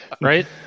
right